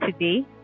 today